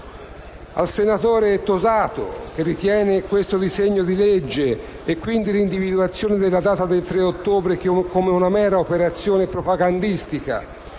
Al senatore Tosato, che ritiene questo disegno di legge e l'individuazione della data del 3 ottobre una mera operazione propagandistica,